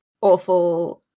awful